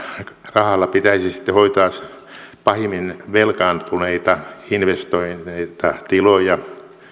rahalla pitäisi sitten hoitaa pahimmin velkaantuneita investoineita tiloja